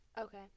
okay